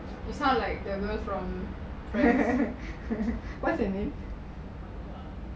you sound like the girl from friends